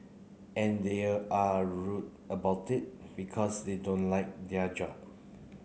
and there are rude about it because they don't like their job